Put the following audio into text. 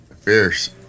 fierce